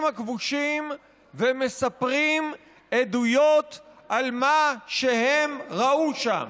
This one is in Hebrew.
הכבושים ומספרים עדויות על מה שהם ראו שם.